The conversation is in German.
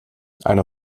einer